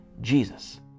Jesus